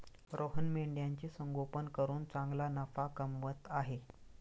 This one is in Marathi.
रोहन मेंढ्यांचे संगोपन करून चांगला नफा कमवत आहे